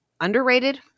underrated